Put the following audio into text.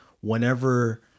whenever